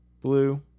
Blue